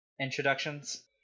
introductions